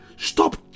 Stop